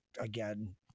again